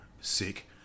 sick